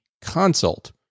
consult